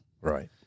Right